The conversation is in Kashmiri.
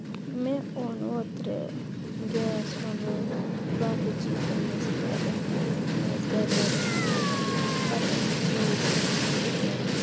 مے اوٚن اوترٕے گیس اوٚنُم باقٕے چیٖز أنۍ مےٚ زٕ ترٛےٚ تَتھ منٛز مےٚ ٲس گَرِ واریاہ سامان مۄکلیومُت پَتہٕ أنۍ مےٚ چیٖز کینٛہہ